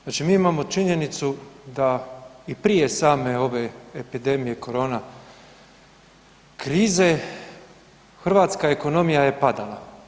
Znači mi imamo činjenicu da i prije same ove epidemije korona krize, hrvatska ekonomija je padala.